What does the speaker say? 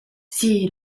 see